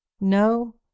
no